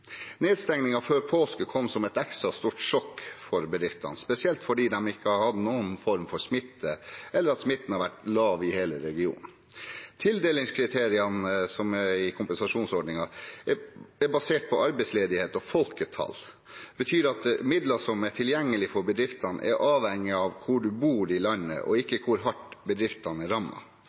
før påske kom som et ekstra stort sjokk for bedriftene, spesielt fordi de ikke har hatt noen form for smitte, og fordi smitten har vært lav i hele regionen. Tildelingskriteriene i kompensasjonsordningen er basert på arbeidsledighet og folketall. Det betyr at midler som er tilgjengelig for bedriftene, er avhengig av hvor man bor i landet, og ikke hvor hardt bedriftene